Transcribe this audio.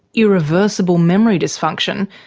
irreversible memory dysfunction,